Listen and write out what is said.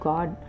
God